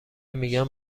میگم